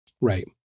Right